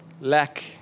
lack